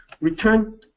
return